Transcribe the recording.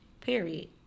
Period